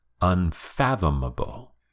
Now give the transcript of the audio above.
Unfathomable